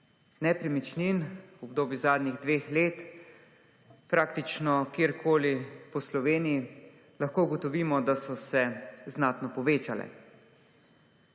nepremičnin v obdobju zadnjih dveh let, praktično kjerkoli po Sloveniji lahko ugotovimo, da so se znatno povečale.